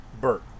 Bert